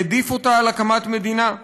והעדיף אותה מהקמת מדינה.